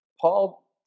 Paul